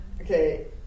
Okay